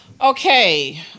okay